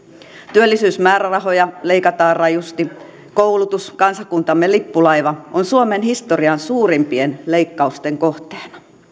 työllisyysmäärärahoja leikataan rajusti koulutus kansakuntamme lippulaiva on suomen historian suurimpien leikkausten kohteena